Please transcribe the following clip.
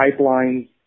pipelines